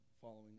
following